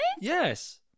Yes